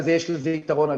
ויש לזה יתרון עצום,